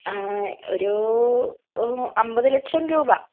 ഒരു അമ്പത് ലക്ഷം രൂപ